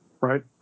right